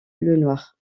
lenoir